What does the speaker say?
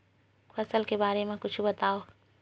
फसल के बारे मा कुछु बतावव